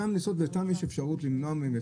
אותם לנסות ואותם יש אפשרות למנוע מהם,